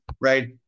right